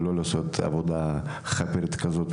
ולא לעשות עבודה "חאפרית" כזו,